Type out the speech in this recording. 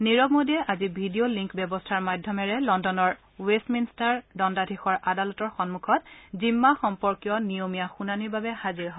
নিৰব মোডীয়ে আজি video link ব্যৱস্থাৰ মাধ্যমেৰে লণ্ডনৰ ৱেষ্টমিনষ্টাৰ দণ্ডাধীশৰ আদালতৰ সম্মুখত জিম্মা সম্পৰ্কীয় নিয়মীয়া শুনানীৰ বাবে হাজিৰ হয়